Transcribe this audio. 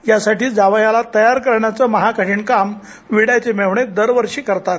यासाठी जावयाला तयार करण्याचं महाकठीण काम विड़याचे मेहणे दरवर्षी करतात